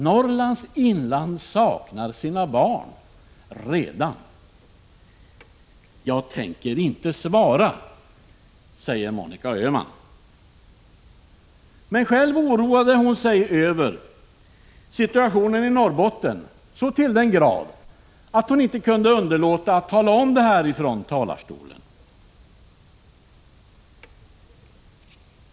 Norrlands inland saknar sina barn redan. Jag tänker inte svara, säger Monica Öhman. Men själv oroade hon sig över situationen i Norrbotten så till den grad att hon inte kunde underlåta att tala om det från talarstolen.